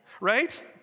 Right